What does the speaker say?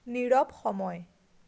নীৰৱ সময়